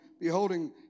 beholding